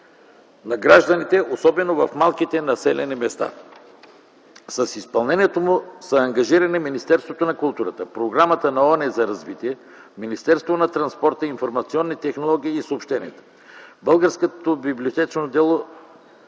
на гражданите, особено в малките населени места. С изпълнението му са ангажирани Министерството на културата, Програмата на ООН за развитие, Министерството на транспорта, информационните технологии и съобщенията, Българската библиотечно-информационна